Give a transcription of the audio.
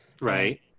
Right